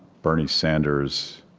bernie sanders,